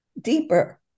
deeper